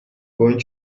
going